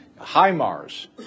HIMARS